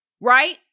right